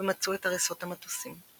ומצאו את הריסות המטוסים.